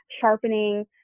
sharpening